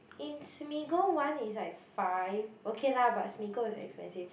in smigle one is like five okay lah but smiggle is expensive